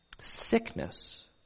Sickness